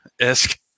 esque